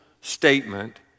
statement